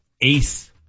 Ace